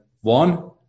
one